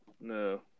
No